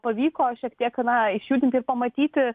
pavyko šiek tiek na išjudinti ir pamatyti